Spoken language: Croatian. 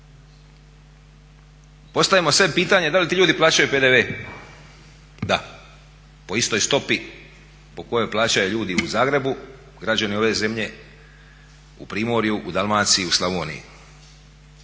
Postavimo sebi pitanje da li ti ljudi plaćaju PDV? Da, po istoj stopi po kojoj plaćaju ljudi u Zagrebu, građani ove zemlje, u primorju, u Dalmaciji, u Slavoniji.